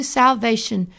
salvation